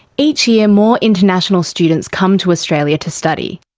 each year more international students come to australia to study.